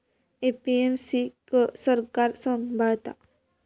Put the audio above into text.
APMC क सरकार सांभाळता